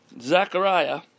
Zechariah